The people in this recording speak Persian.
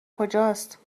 کجاست